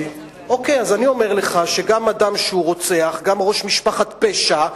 אני אומר לך שגם אדם שהוא רוצח, גם ראש משפחת פשע,